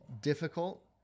difficult